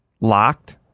locked